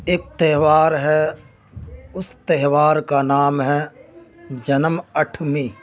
ایک تہوار ہے اس تہوار کا نام ہے جنم اٹھمی